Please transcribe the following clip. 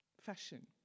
fashion